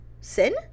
Sin